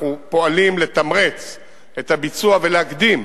אנחנו פועלים לתמרץ את הביצוע ולהקדים